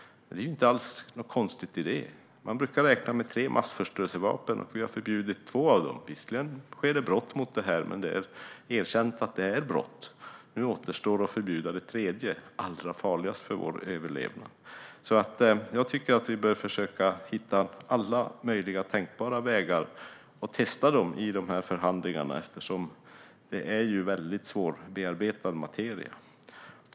Men det är inte alls något konstigt i det. Man brukar räkna med tre typer av massförstörelsevapen, och vi har förbjudit två av dem. Visserligen sker det brott mot detta, men då är det erkänt att det är brott. Nu återstår att förbjuda det tredje, som är allra farligast för vår överlevnad. Jag tycker att vi bör försöka hitta alla möjliga tänkbara vägar och testa dem i de här förhandlingarna, eftersom det är väldigt svårbearbetad materia.